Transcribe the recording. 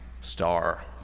star